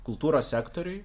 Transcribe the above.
kultūros sektoriui